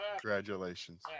Congratulations